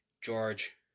George